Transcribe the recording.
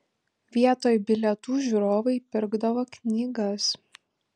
vietoj bilietų žiūrovai pirkdavo knygas